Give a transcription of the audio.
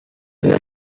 were